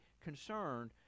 concerned